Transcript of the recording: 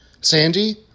Sandy